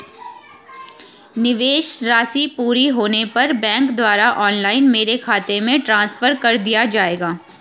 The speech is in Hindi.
निवेश राशि पूरी होने पर बैंक द्वारा ऑनलाइन मेरे खाते में ट्रांसफर कर दिया जाएगा?